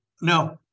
no